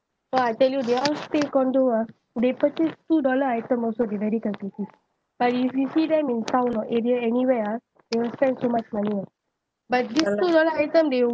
!wah! I tell you they all stay condo ah they purchase two dollar item also very they calculative but if you see them in town or area anywhere ah they will spend so much money but this two dollar item they